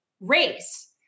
race